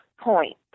point